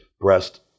breast